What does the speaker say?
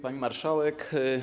Pani Marszałek!